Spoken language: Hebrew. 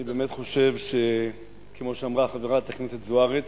אני באמת חושב, כמו שאמרה חברת הכנסת זוארץ,